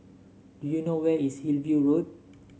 do you know where is Hillview Road